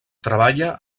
treballa